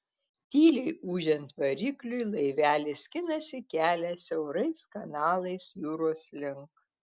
tyliai ūžiant varikliui laivelis skinasi kelią siaurais kanalais jūros link